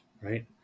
right